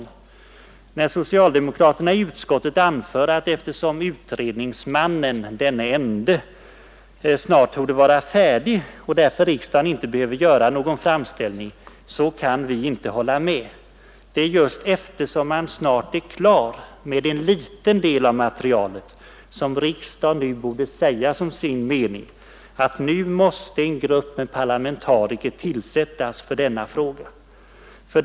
När socialdemokraterna i utskottet anför att utredningsmannen, denne ende, snart torde vara färdig och att riksdagen därför inte behöver göra någon framställning, kan vi inte hålla med. Det är just därför att man snart är klar med en liten del av materialet som riksdagen borde säga som sin mening, att nu måste en grupp parlamentariker tillsättas för denna fråga.